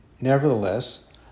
Nevertheless